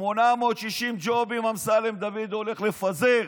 860 ג'ובים אמסלם דוד הולך לפזר